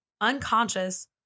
unconscious